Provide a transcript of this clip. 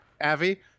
Avi